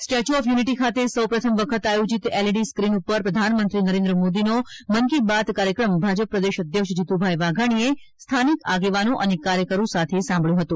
statue of Unity ખાતે સૌપ્રથમ વખત આયોજિત એલઈડી સ્કીન પર પ્રધાનમંત્રી નરેન્દ્ર મોદીનો મન કી બાત કાર્યક્રમ ભાજપ પ્રદેશ અધ્યક્ષ શ્રી જીતુભાઈ વાઘાણીએ સ્થાનિક આગેવાનો અને કાર્યકરો સાથે સાંભળ્યો હતો